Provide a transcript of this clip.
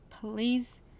please